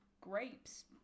grapes